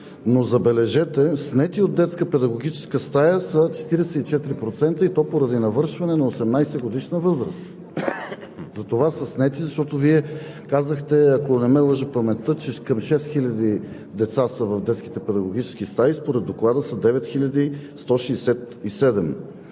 но, забележете, снети от детска педагогическа стая са 44%, и то поради навършване на 18 годишна възраст. Затова са снети, защото Вие казахте, ако не ме лъже паметта, че към 6000 деца са в детските педагогически стаи, според Доклада са 9167.